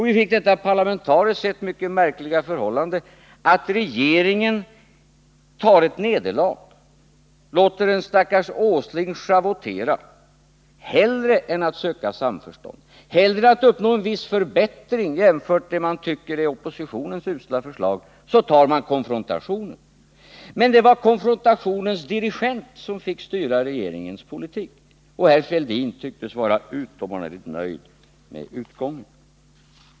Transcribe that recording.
Vi fick då detta parlamentariskt sett mycket märkliga förhållande att regeringen hellre än att söka samförstånd tog ett nederlag och lät den stackars Nils Åsling schavottera. Hellre än att uppnå en viss förbättring jämfört med det man tyckte var oppositionens usla förslag tog regeringen en konfrontation. Men det var konfrontationens dirigent som fick styra regeringens politik, och herr Fälldin tycktes vara utomordentligt nöjd med utgången.